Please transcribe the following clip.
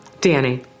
Danny